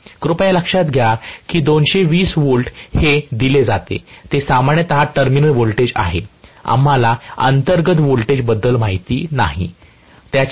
कृपया लक्षात घ्या की 220 V जे दिले जाते ते सामान्यत टर्मिनल व्होल्टेज आहे आम्हाला अंतर्गत व्होल्टेज बद्दल माहित नाही